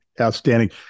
Outstanding